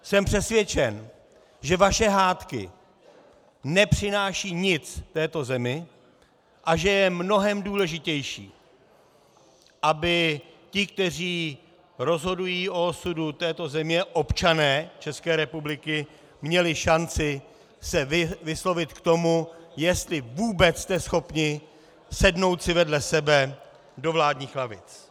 Jsem přesvědčen, že vaše hádky nepřinášejí nic této zemi a že je mnohem důležitější, aby ti, kteří rozhodují o osudu této země, občané České republiky, měli šanci se vyslovit k tomu, jestli vůbec jste schopni sednout si vedle sebe do vládních lavic.